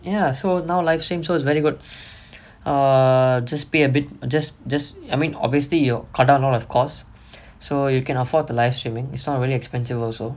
ya so now life stream so is very good err just pay a bit just just I mean obviously you will cut down a lot of cost so you can afford to live streaming it's not really expensive also